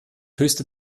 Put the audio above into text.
höchste